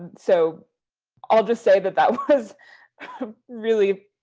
so i'll just say that that was really.